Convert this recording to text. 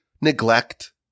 neglect